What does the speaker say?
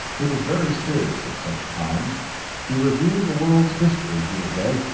he was very serious at such times he reviewed the world's history he had read,